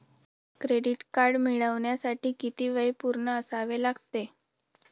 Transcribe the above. Credit card मिळवण्यासाठी किती वय पूर्ण असावे लागते?